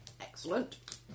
Excellent